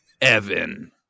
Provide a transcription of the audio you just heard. Evan